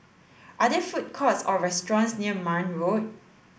are there food courts or restaurants near Marne Road